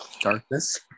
darkness